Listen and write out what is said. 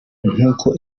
nk’uko